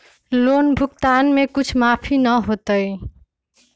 Loan भुगतान में कुछ माफी न होतई?